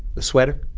the sweater?